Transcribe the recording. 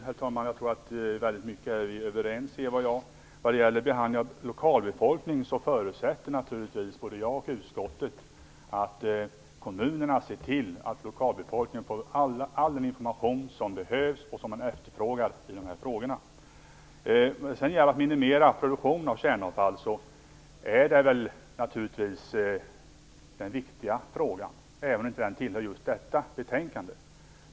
Herr talman! Jag tror att Eva Goës och jag är överens om väldigt mycket. När det gäller behandlingen av lokalbefolkningen förutsätter både jag och utskottet att kommunerna ser till att lokalbefolkningen får all den information som behövs och som den efterfrågar i dessa frågor. Att minimera produktionen av kärnavfall är naturligtvis den viktiga frågan, även om den inte behandlas i just detta betänkande.